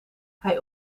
hij